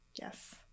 yes